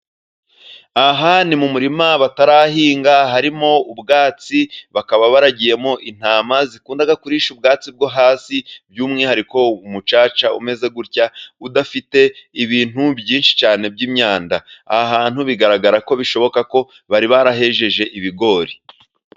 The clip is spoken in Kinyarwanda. Aha ni mu murima batarahinga harimo ubwatsi, bakaba baragiyemo intama. Zikunda kurisha ubwatsi bwo hasi. By'umwihariko umucaca umeze gutya, udafite ibintu byinshi cyane by'imyanda. Aha hantu bigaragara ko bishoboka ko bari barahejeje ibigori.